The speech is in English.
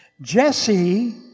Jesse